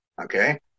Okay